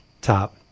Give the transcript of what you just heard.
top